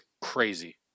crazy